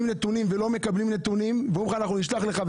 נתונים ולא מקבלים אומרים "נשלח לך",